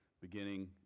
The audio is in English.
beginning